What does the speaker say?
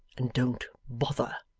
and don't bother